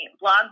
blog